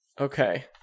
Okay